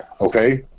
okay